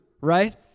Right